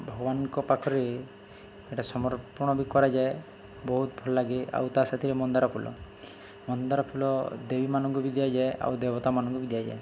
ଭଗବାନଙ୍କ ପାଖରେ ଇଟା ସମର୍ପଣ ବି କରାଯାଏ ବହୁତ ଭଲ ଲାଗେ ଆଉ ତା ସାଥିରେ ମନ୍ଦାର ଫୁଲ ମନ୍ଦାର ଫୁଲ ଦେବୀମାନଙ୍କୁ ବି ଦିଆଯାଏ ଆଉ ଦେବତାମାନଙ୍କୁ ବି ଦିଆଯାଏ